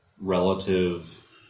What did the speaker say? relative